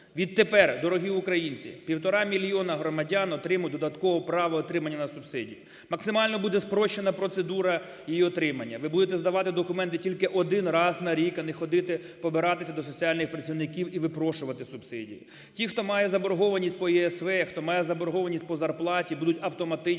Відтепер, дорогі українці, півтора мільйона громадян отримають додатково право на отримання субсидії. Максимально буде спрощена процедура її отримання. Ви будете здавати документи тільки один раз на рік, а не ходитипобиратися до соціальних працівників і випрошувати субсидії. Ті, хто має заборгованість по ЄСВ, хто має заборгованість по зарплаті будуть автоматично